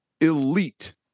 elite